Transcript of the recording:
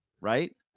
Right